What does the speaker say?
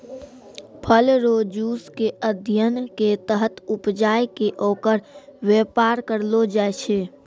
फल रो जुस के अध्ययन के तहत उपजाय कै ओकर वेपार करलो जाय छै